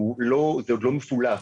זה עוד לא מפולח,